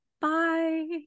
Bye